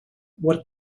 what